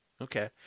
Okay